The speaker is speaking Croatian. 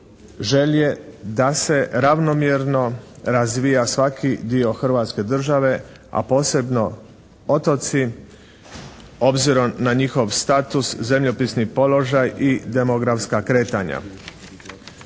želje da se ravnomjerno razvija svaki dio Hrvatske države, a posebno otoci, obzirom na njihov status, zemljopisni položaj i demografska kretanja.